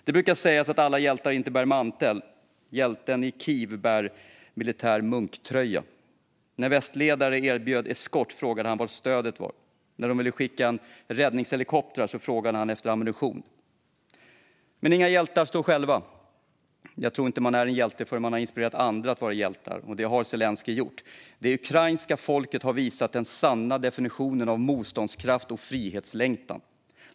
Det brukar sägas att alla hjältar inte bär mantel. Hjälten i Kiev bär militär munktröja. När västledare erbjöd eskort frågade han var stödet var. När de ville skicka räddningshelikoptrar frågade han efter ammunition. Men inga hjältar står själva. Jag tror inte att man är en hjälte förrän man har inspirerat andra att vara hjältar, och det har Zelenskyj gjort. Det ukrainska folket har visat den sanna definitionen av motståndskraft och frihetslängtan.